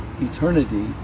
eternity